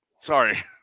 sorry